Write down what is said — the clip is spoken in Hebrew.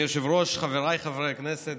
אדוני היושב-ראש, חבריי חברי הכנסת,